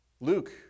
Luke